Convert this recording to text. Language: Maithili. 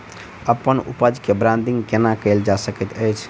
अप्पन उपज केँ ब्रांडिंग केना कैल जा सकैत अछि?